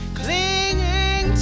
clinging